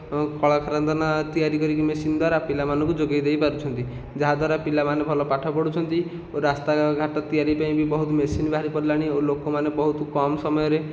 କଳକାରଖାନା ତିଆରି କରିକି ମେସିନ ଦ୍ୱାରା ପିଲାମାନଙ୍କୁ ଯୋଗାଇ ଦେଇପାରୁଛନ୍ତି ଯାହା ଦ୍ୱାରା ପିଲାମାନେ ଭଲ ପାଠ ପଢ଼ୁଛନ୍ତି ଓ ରାସ୍ତା ଘାଟ ତିଆରି ପାଇଁ ବି ବହୁତ ମେସିନ ବାହାରି ପଡ଼ିଲାଣି ଆଉ ଲୋକମାନେ ବହୁତ କମ ସମୟରେ